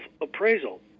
appraisal